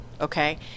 okay